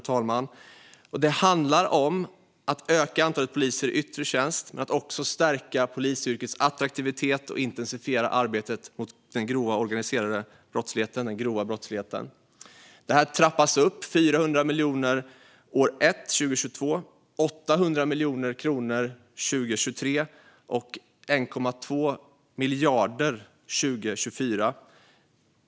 Det handlar om att öka antalet poliser i yttre tjänst men också om att stärka polisyrkets attraktivitet och intensifiera arbetet mot den grova organiserade brottsligheten. Tillskottet trappas upp med 400 miljoner år ett, 2022, 800 miljoner kronor 2023 och 1,2 miljarder 2024.